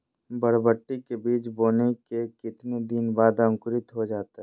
बरबटी के बीज बोने के कितने दिन बाद अंकुरित हो जाता है?